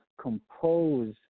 compose